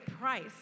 price